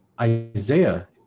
Isaiah